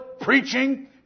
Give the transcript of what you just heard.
preaching